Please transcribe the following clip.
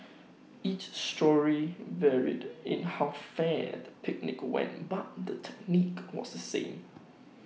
each story varied in how fear the picnic went but the technique was the same